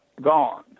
Gone